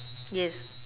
yes